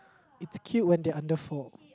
it's cute when they under four